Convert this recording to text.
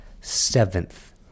seventh